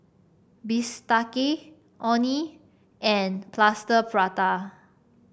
bistake Orh Nee and Plaster Prata